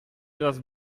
das